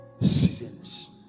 seasons